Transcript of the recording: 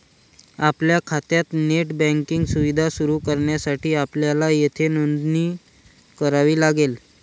आपल्या खात्यात net banking सुविधा सुरू करण्यासाठी आपल्याला येथे नोंदणी करावी लागेल